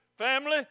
family